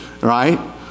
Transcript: Right